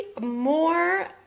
more